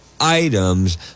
items